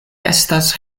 estas